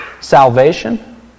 salvation